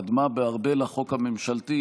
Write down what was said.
קדמה בהרבה להצעת החוק הממשלתית,